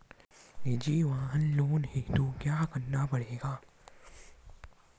निजी वाहन लोन हेतु क्या करना पड़ेगा?